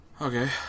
okay